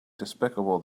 despicable